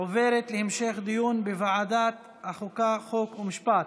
עוברת להמשך דיון בוועדת החוקה, חוק ומשפט.